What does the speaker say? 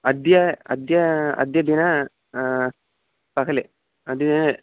अद्य अद्य अद्य दिनं पहले अद्य दिनम्